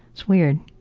it's weird.